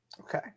Okay